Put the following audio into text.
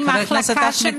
היא מחלקה,